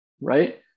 Right